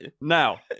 Now